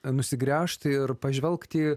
nusigręžt ir pažvelgt į